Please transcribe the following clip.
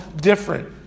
different